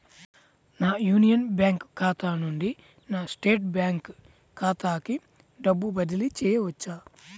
నా union bank ఖాతా నుండి నా స్టేట్ బ్యాంకు ఖాతాకి డబ్బు బదిలి చేయవచ్చా?